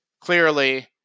clearly